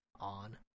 on